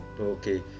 Okay